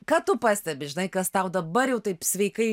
ką tu pastebi žinai kas tau dabar jau taip sveikai